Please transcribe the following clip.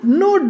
no